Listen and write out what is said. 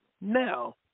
Now